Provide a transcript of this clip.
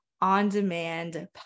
on-demand